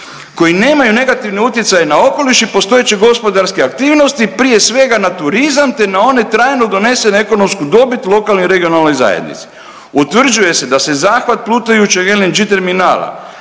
koji nemaju negativne utjecaje na okoliš i postojeće gospodarske aktivnosti prije svega na turizam, te na one trajno donesene ekonomsku dobit lokalnoj i regionalnoj zajednici. Utvrđuje se da se zahvat plutajućeg LNG terminala